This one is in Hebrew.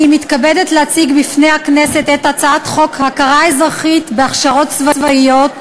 אני מתכבדת להציג בפני הכנסת את הצעת חוק הכרה אזרחית בהכשרות צבאיות,